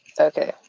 Okay